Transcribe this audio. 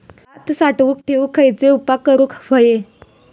भात साठवून ठेवूक खयचे उपाय करूक व्हये?